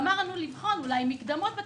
אמרנו שיש לבחון אולי לתת מקדמות.